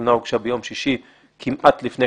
התלונה הוגשה ביום שישי כמעט לפני כניסת שבת.